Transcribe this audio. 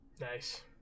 nice